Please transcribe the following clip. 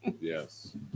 Yes